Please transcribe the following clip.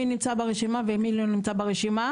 מי נמצא ברשימה ומי לא נמצא ברשימה,